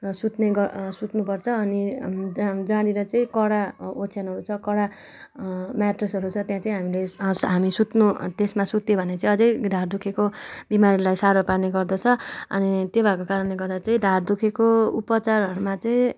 र सुत्ने गर्न सुत्नुपर्छ अनि जहाँनेर चाहिँ कडा ओछ्यानहरू छ कडा म्याट्रेसहरू छ त्यहाँ चाहिँ हामीले हामी सुत्नु त्यसमा सुत्यो भने चाहिँ अझै ढाँड दुखेको बिमारीलाई साह्रो पार्ने गर्दछ अनि त्यो भएको कारणले गर्दा चाहिँ ढाँड दुखेको उपचारहरूमा चाहिँ